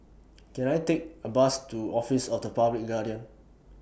Can I Take A Bus to Office of The Public Guardian